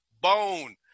Bone